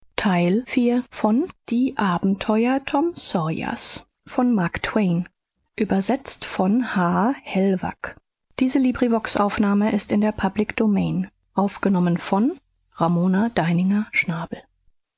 die abenteuer tom sawyers